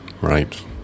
right